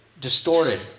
distorted